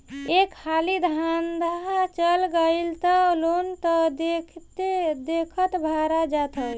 एक हाली धंधा चल गईल तअ लोन तअ देखते देखत भरा जात हवे